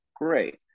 great